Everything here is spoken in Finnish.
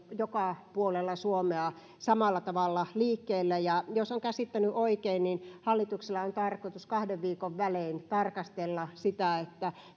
joka puolella suomea samalla tavalla liikkeelle ja jos olen käsittänyt oikein niin hallituksella on tarkoitus kahden viikon välein tarkastella sitä